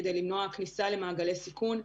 כדי למנוע כניסה למעגלי סיכון,